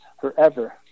forever